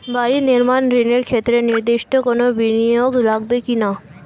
বাড়ি নির্মাণ ঋণের ক্ষেত্রে নির্দিষ্ট কোনো বিনিয়োগ লাগবে কি না?